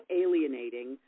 alienating